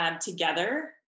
Together